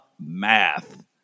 math